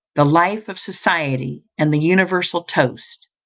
the life of society, and the universal toast.